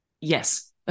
yes